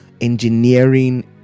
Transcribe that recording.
engineering